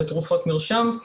בתרופות מרשם.